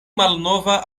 malnova